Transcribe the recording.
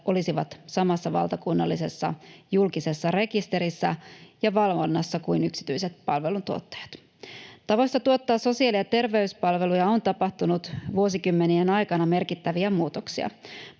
olisivat samassa valtakunnallisessa julkisessa rekisterissä ja valvonnassa kuin yksityiset palveluntuottajat. Tavoissa tuottaa sosiaali- ja terveyspalveluja on tapahtunut vuosikymmenien aikana merkittäviä muutoksia.